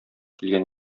килгән